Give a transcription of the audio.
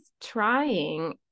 trying